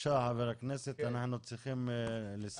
בבקשה חבר הכנסת, יוראי, אנחנו צריכים לסיים.